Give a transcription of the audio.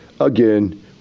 again